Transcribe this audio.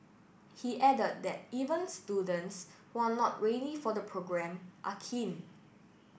he added that even students who are not really for the programme are keen